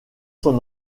son